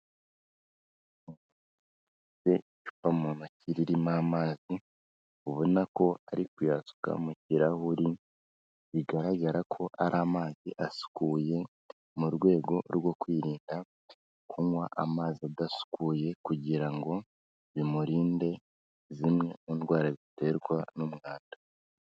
mu bakiriririmo' amazi ubona ko ari kuyasuka mu kirahuri bigaragara ko ari amazi asukuye mu rwego rwo kwirinda kunywa amazi adasukuye kugira ngo bimurinde zimwe indwara zi biterwa n'umwanda